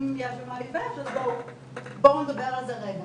אם יש במה להתבייש אז בואו נדבר על זה רגע,